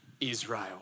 Israel